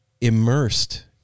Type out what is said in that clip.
immersed